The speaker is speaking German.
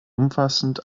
umfassend